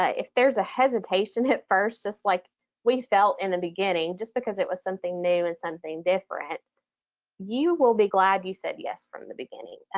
ah if there's a hesitation at first, just like we felt in the beginning, just because it was something new and something different you will be glad you said yes from the beginning.